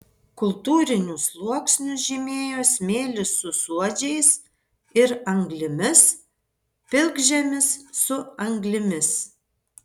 kultūrinius sluoksnius žymėjo smėlis su suodžiais ir anglimis pilkžemis su anglimis